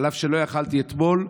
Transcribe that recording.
אף שלא יכולתי אתמול,